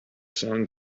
song